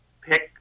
pick